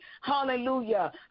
hallelujah